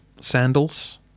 sandals